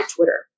Twitter